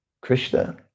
Krishna